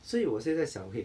所以我现在在想 okay